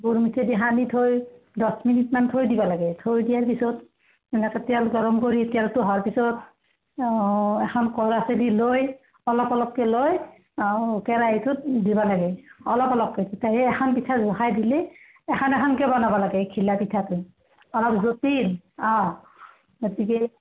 গুড় মিঠৈ দি সানি থৈ দছ মিনিটমান থৈ দিব লাগে থৈ দিয়াৰ পিছত সেনেকৈ তেল গৰম কৰি তেলটো হোৱাৰ পিছত এখন কৰাছেদি লৈ অলপ অলপকৈ লৈ কেৰাহীটোত দিব লাগে অলপ অলপকৈ দিলে এখন এখনকৈ বনাব লাগে ঘিলা পিঠাটো অলপ জটিল অঁ গতিকে